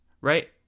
right